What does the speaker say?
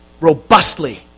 robustly